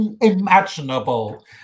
imaginable